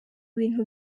bintu